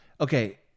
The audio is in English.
Okay